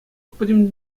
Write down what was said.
пӗтӗм